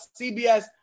CBS